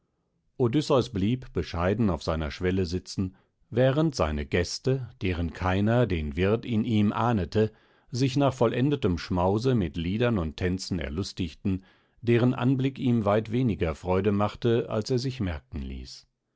odysseus blieb bescheiden auf seiner schwelle sitzen während seine gäste deren keiner den wirt in ihm ahnete sich nach vollendetem schmause mit liedern und tänzen erlustigten deren anblick ihm weit weniger freude machte als er sich merken ließ